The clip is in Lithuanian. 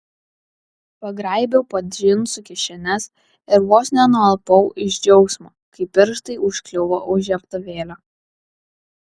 pagraibiau po džinsų kišenes ir vos nenualpau iš džiaugsmo kai pirštai užkliuvo už žiebtuvėlio